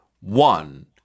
one